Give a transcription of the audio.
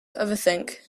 overthink